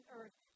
earth